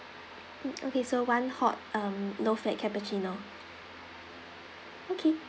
mm okay so one hot um low fat cappuccino okay